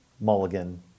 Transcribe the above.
mulligan